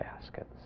baskets